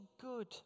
good